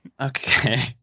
Okay